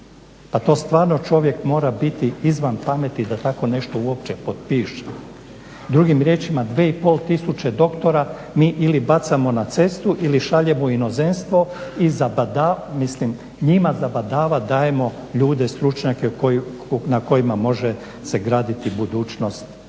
Pa to stvarno čovjek mora biti izvan pameti da tako nešto uopće potpiše. Drugim riječima, 2500 doktora mi ili bacamo na cestu ili šaljemo u inozemstvo i njima zabadava dajemo ljude stručnjake na kojima može se graditi budućnost